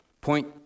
Point